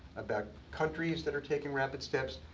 about countries that are taking rapid steps,